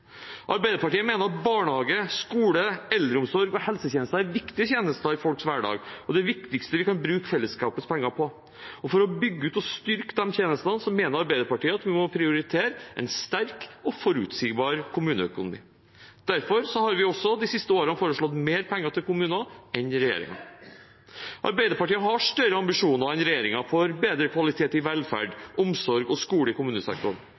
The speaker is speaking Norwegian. Arbeiderpartiet mener at barnehage, skole, eldreomsorg og helsetjenester er viktige tjenester i folks hverdag og det viktigste vi kan bruke fellesskapets penger på. For å bygge ut og styrke disse tjenestene mener Arbeiderpartiet at vi må prioritere en sterk og forutsigbar kommuneøkonomi. Derfor har vi de siste årene foreslått mer penger til kommunene enn regjeringen. Arbeiderpartiet har større ambisjoner enn regjeringen for bedre kvalitet i velferd, omsorg og skole i kommunesektoren.